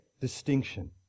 distinction